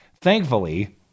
thankfully